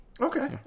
Okay